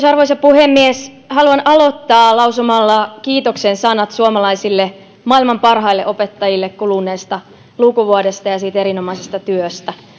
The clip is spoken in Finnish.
arvoisa puhemies haluan aloittaa lausumalla kiitoksen sanat suomalaisille maailman parhaille opettajille kuluneesta lukuvuodesta ja ja erinomaisesta työstä